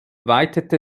weitete